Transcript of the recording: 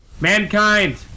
Mankind